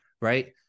Right